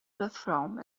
perform